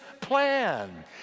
plan